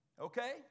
Okay